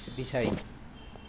বিচাৰিম